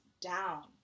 down